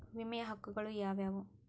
ವಿಮೆಯ ಹಕ್ಕುಗಳು ಯಾವ್ಯಾವು?